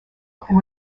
and